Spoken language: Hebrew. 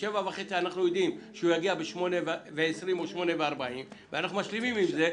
07:30 אנחנו יודעים שהוא יגיע ב-08:20 או 08:40 ואנחנו משלימים עם זה.